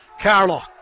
Carlo